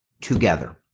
together